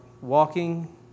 walking